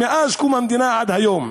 לדורותיהן, מאז קום המדינה עד היום,